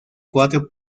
cuatro